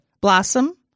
Blossom